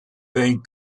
thank